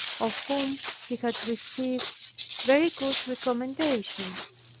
of whom he had received very good recommendations.